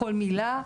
קול מילה',